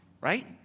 right